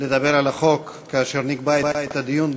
לדבר על החוק כאשר נקבע את הדיון,